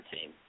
team